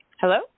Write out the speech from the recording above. Hello